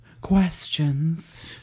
questions